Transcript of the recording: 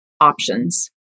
options